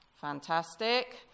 Fantastic